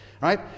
right